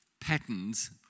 patterns